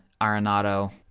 Arenado